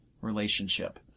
relationship